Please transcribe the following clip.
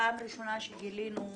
פעם ראשונה שגילינו,